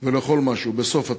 ולאכול משהו בסוף הצום.